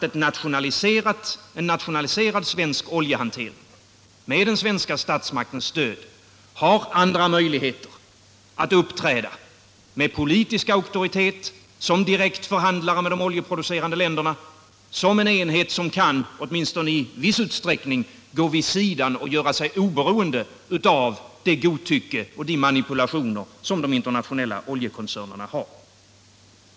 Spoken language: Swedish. En nationaliserad svensk oljehantering med den svenska statsmaktens stöd har dock andra möjligheter att uppträda med politisk auktoritet, som direkt förhandlare med de oljeproducerande länderna och som en enhet som kan, åtminstone i viss utsträckning, gå vid sidan och göra sig oberoende av de internationella oljekoncernernas godtycke och manipulationer.